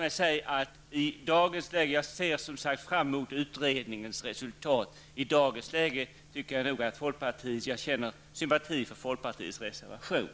Jag ser som sagt fram emot utredningens resultat. I dagens läge känner jag sympati för folkpartiets reservation.